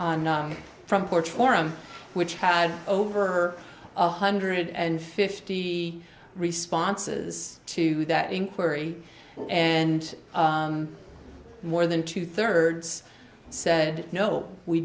the front porch forum which had over a hundred and fifty responses to that inquiry and more than two thirds said no we